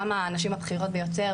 גם הנשים הבכירות ביותר,